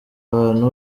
abantu